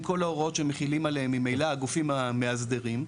כל ההוראות שחלים ממילא הגופים המאסדרים,